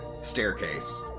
staircase